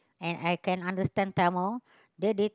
and I can understand Tamil then they